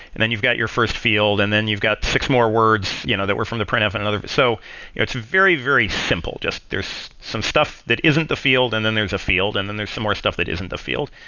and then you've got your first field, and then you've got six more words you know that were from the printf and another. so it's very, very simple. there's some stuff that isn't the field, and then there's a field, and then there's some more stuff that isn't the field,